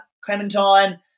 Clementine